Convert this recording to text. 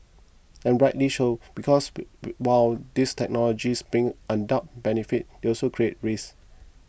and rightly so because while these technologies bring undoubted benefits they also create risks